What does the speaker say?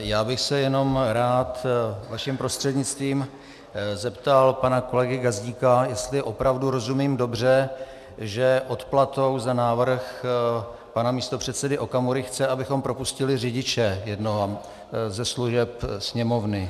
Já bych se jenom rád vaším prostřednictvím zeptal pana kolegy Gazdíka, jestli opravdu rozumím dobře, že odplatou za návrh pana místopředsedy Okamury chce, abychom propustili jednoho řidiče ze služeb Sněmovny.